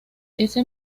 ese